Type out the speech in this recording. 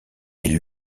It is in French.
est